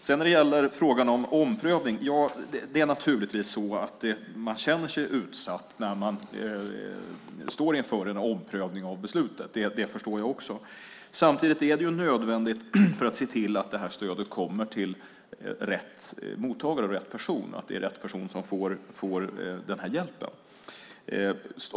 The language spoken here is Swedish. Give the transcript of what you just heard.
När det sedan gäller frågan om omprövning är det naturligtvis så att man känner sig utsatt när man står inför en omprövning av beslutet. Det förstår jag också. Samtidigt är det nödvändigt för att se till att det här stödet kommer till rätt mottagare, rätt person, så att det är rätt person som får den här hjälpen.